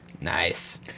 Nice